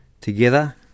together